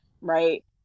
right